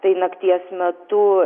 tai nakties metu